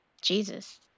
Jesus